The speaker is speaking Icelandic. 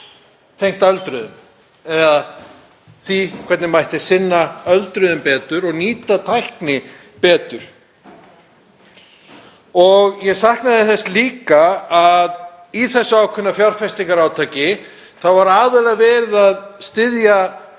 tengda öldruðum eða því hvernig mætti sinna öldruðum betur og nýta tækni betur. Ég saknaði þess líka að í þessu ákveðna fjárfestingarátaki var aðallega verið að styðja